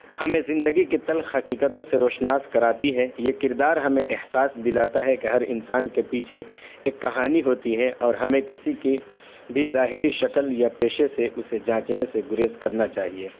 ہمیں زندگی کے تلخ حقیقتوں سے روشناس کراتی ہے یہ کردار ہمیں احساس دلاتا ہے کہ ہر انسان کے پیچھے ایک کہانی ہوتی ہے اور ہمیں کسی کے بھی ظاہری شکل یا پیشے سے اسے جانچنے سے گریز کرنا چاہیے